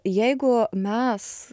jeigu mes